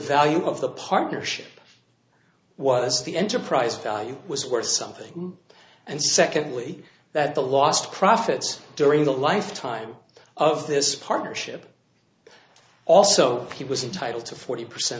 value of the partnership was the enterprise value was worth something and secondly that the lost profits during the lifetime of this partnership also he was entitled to forty percent